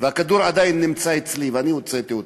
והכדור עדיין נמצא אצלי, ואני הוצאתי אותו,